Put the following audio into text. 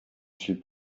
suis